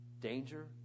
danger